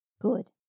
Good